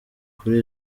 kuri